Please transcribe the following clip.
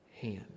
hand